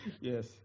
Yes